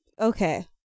okay